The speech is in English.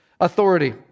authority